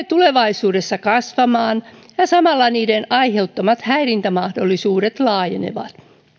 tulevaisuudessa kasvamaan ja samalla niiden aiheuttamat häirintämahdollisuudet laajenevat